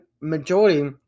majority